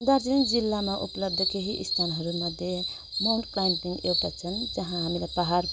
दार्जिलिङ जिल्लामा उपलब्ध केही स्थानहरूमध्ये माउन्ट क्लाइम्बिङ एउटा छन् जहाँ हामीलाई पाहाड